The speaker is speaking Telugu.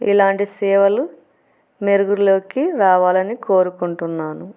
ఇలాంటి సేవలు మెరుగులోకి రావాలని కోరుకుంటున్నాను